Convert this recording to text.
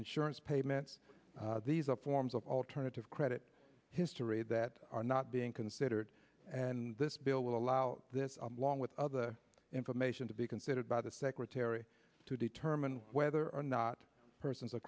insurance payments these are forms of alternative credit history that are not being considered and this bill will allow this along with other information to be considered by the secretary to determine whether or not a person's